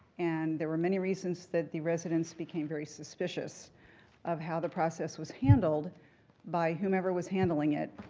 and there were many reasons that the residents became very suspicious of how the process was handled by whomever was handling it